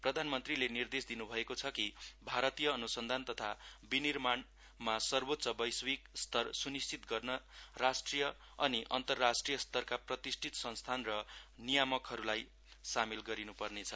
प्रधानमन्त्रीले निर्देश दिनु भएको छ कि भारतीय अनुसन्धान तथा विनिमार्णमा सर्वोच्च वैश्विक स्तर सुनिश्वित गर्न राष्ट्रिय अनि अन्तरराष्ट्रिय स्तरका प्रतिष्ठित संस्थान र नियामकहरूलाई शामेल गरिनु पर्ने छ